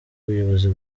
ubuyobozi